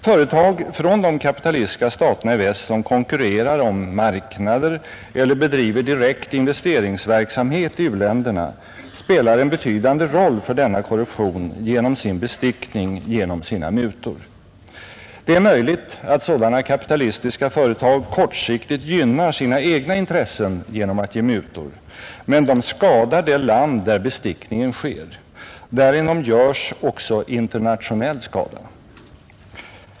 Företag från de kapitalistiska staterna i väst, som konkurrerar om marknader eller bedriver direkt investeringsverksamhet i u-länderna, spelar en betydande roll för denna korruption genom sin bestickning, genom sina mutor. Det är möjligt att sådana kapitalistiska företag kortsiktigt gynnar sina egna intressen genom att ge mutor, men de skadar det land där bestickningen sker. Därigenom görs också internationell skada.